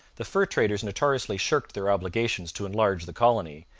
the fur traders notoriously shirked their obligations to enlarge the colony,